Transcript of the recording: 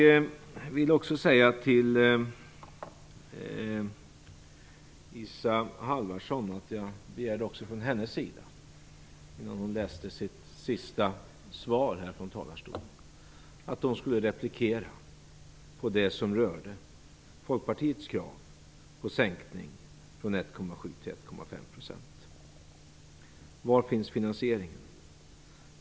Av Isa Halvarsson begärde jag, innan hon läste upp sitt sista inlägg här i talarstolen, att hon skulle replikera på det som rör Folkpartiets krav på en sänkning från 1,7 till 1,5 %. Var finns finansieringen?